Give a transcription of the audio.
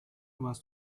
warst